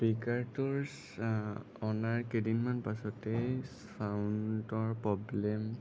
স্পিকাৰটো অনাৰ কেইদিনমান পাছতেই ছাউণ্ডৰ প্ৰব্লেম